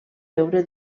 veure